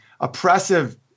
oppressive